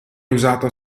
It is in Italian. usata